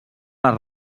les